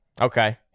okay